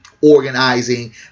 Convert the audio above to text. organizing